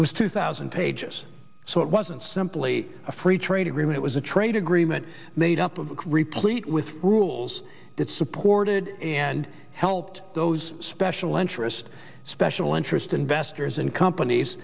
was two thousand pages so it wasn't simply a free trade agreement was a trade agreement made up of replete with rules that supported and helped those special interest special interest investors and com